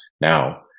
Now